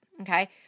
Okay